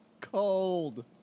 Cold